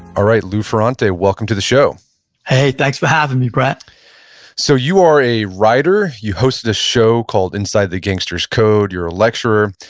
all right. lou ferrante, welcome to the show hey, thanks for having me, brett so you are a writer, you hosted a show called inside the gangsters' code, you're a lecturer.